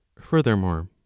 Furthermore